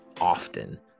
often